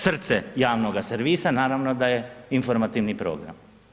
Srce javnoga servisa naravno da je informativni program.